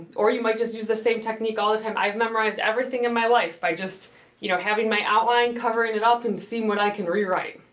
or you might just use the same technique all the time. i've memorized everything in my life by just you know having my outline, covering it up, and seeing what i can rewrite,